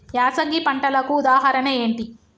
యాసంగి పంటలకు ఉదాహరణ ఏంటి?